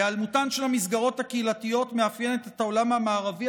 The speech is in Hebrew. היעלמותן של המסגרות הקהילתיות מאפיינת את העולם המערבי,